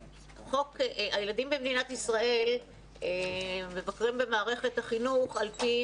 הילדים במדינת ישראל מבקרים במערכת החינוך על פי